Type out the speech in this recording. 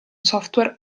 software